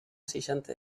seixanta